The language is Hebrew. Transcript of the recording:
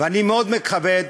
ואני מאוד מכבד